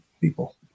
people